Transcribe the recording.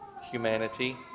humanity